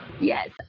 yes